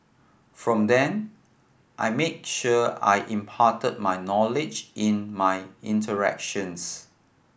from then I made sure I imparted my knowledge in my interactions